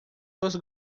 dos